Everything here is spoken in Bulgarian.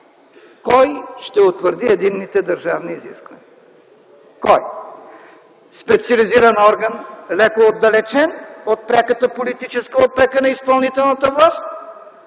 кой ще обсъди единните държавни изисквания, кой?! Специализиран орган, леко отдалечен от пряката политическа опека на изпълнителната власт,